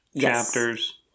chapters